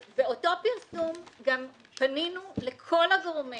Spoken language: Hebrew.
באותו פרסום גם פנינו לכל הגורמים